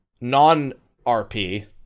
non-RP